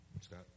Scott